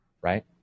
right